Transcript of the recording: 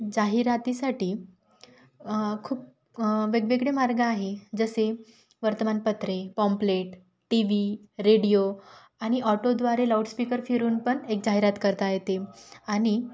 जाहिरातीसाठी खूप वेगवेगळे मार्ग आहे जसे वर्तमान पत्रे पॉम्प्लेट टी व्ही रेडियो आणि ऑटोद्वारे लाऊडस्पीकर फिरवून पण एक जाहिरात करता येते आणि